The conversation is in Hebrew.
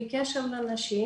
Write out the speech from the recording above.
בקשר לנשים,